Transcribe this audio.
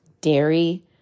dairy